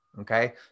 okay